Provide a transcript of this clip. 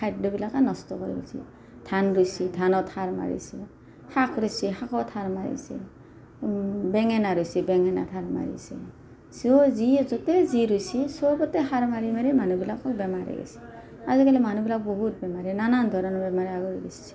খাদ্যবিলাকে নষ্ট কৰি পেলাইছে ধান ৰুইছে ধানত সাৰ মাৰিছে শাক ৰুইছে শাকত সাৰ মাৰিছে বেঙেনা ৰুইছে বেঙেনাত সাৰ মাৰিছে যিয়ে য'তেই যি ৰুইছে চবতে সাৰ মাৰি মাৰি মানুহবিলাকক বেমাৰী কৰিছে আজিকালি মানুহবিলাক বহুত বেমাৰী নানান ধৰণৰ বেমাৰে আগুৰি ধৰিছে